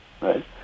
right